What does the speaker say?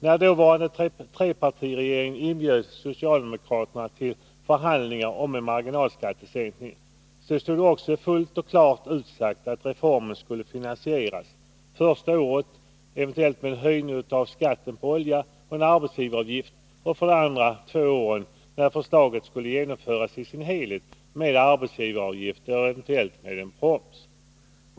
När dåvarande trepartiregeringen inbjöd socialdemokraterna till förhandlingar om en marginalskattesänkning, stod det också fullt och klart utsagt att reformen första året skulle finansieras, eventuellt med en höjning av skatten på olja och en arbetsgivaravgift och de andra två åren, när förslaget skulle genomföras, med arbetsgivaravgift och eventuellt en s.k. proms.